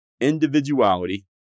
individuality